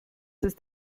ist